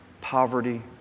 poverty